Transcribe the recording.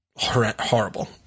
horrible